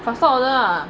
faster order lah